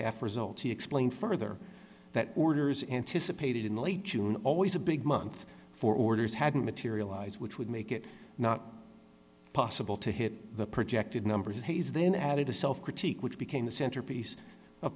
half results he explained further that orders anticipated in late june always a big month for orders hadn't materialize which would make it not possible to hit the projected numbers hayes then added a self critique which became the centerpiece